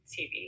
TV